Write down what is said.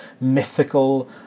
mythical